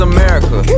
America